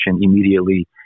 immediately